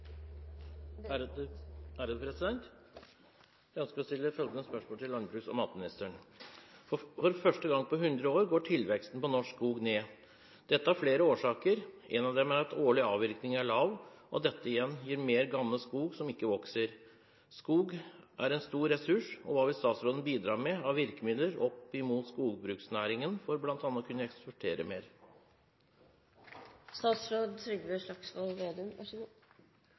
første gang på 100 år går tilveksten på norsk skog ned. Dette har flere årsaker, en av dem er at årlig avvirkning er lav, og dette igjen gir mer gammel skog som ikke vokser. Skog er en stor ressurs, og hva vil statsråden bidra med av virkemidler opp imot skogbruksnæringen for blant annet å kunne eksportere